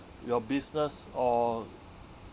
your business or